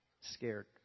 scared